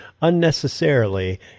unnecessarily